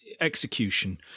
execution